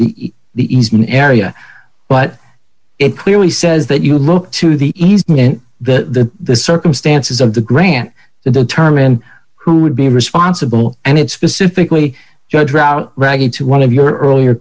the the eastman area but it clearly says that you look to the east in the circumstances of the grant to determine who would be responsible and it's specifically judged route raggy to one of your earlier